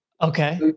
okay